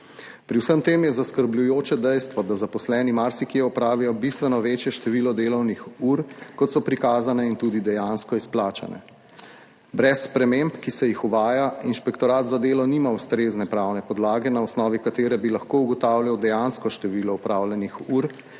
Pri vsem tem je zaskrbljujoče dejstvo, da zaposleni marsikje opravijo bistveno večje število delovnih ur, kot so prikazane in tudi dejansko izplačane. Brez sprememb, ki se jih uvaja, Inšpektorat za delo nima ustrezne pravne podlage, na osnovi katere bi lahko ugotavljal dejansko število opravljenih ur,